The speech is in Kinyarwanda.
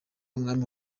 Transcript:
umwami